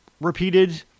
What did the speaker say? repeated